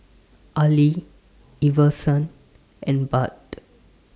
Ali Iverson and Bart